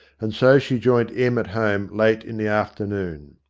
and so she joined em at home late in the afternoon.